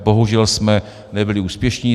Bohužel jsme nebyli úspěšní.